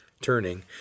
Turning